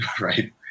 right